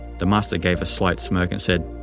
the master gave a slight smirk and said,